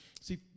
See